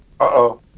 Uh-oh